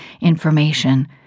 information